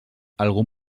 algun